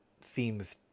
seems